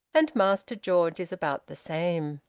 and master george is about the same.